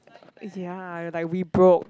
is ya like we broke